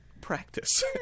practice